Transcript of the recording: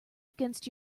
against